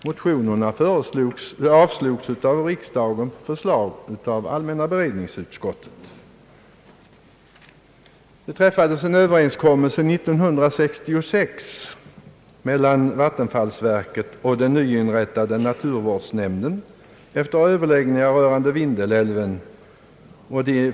Motionerna avslogs av riksdagen.» Det träffades en överenskommelse år 1966 mellan vattenfallsverket och den nyinrättade naturvårdsnämnden efter överläggningar rörande Vindelälven.